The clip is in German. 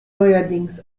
neuerdings